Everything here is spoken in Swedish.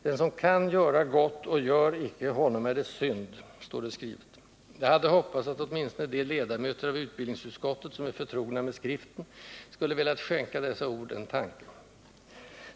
Det står skrivet att ”den som förstår att göra vad gott är, men icke gör det, för honom bliver detta till synd”. Jag hade hoppats att åtminstone de ledamöter av utbildningsutskottet, som är förtrogna med Skriften, skulle ha velat skänka dessa ord en tanke.